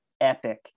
epic